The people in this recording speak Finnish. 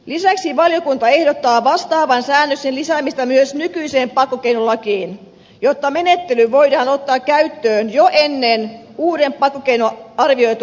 lisäksi valiokunta ehdottaa vastaavan säännöksen lisäämistä myös nykyiseen pakkokeinolakiin jotta menettely voidaan ottaa käyttöön jo ennen uuden pakkokeinolain arvioitua voimaantuloajankohtaa